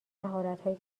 مهارتهایی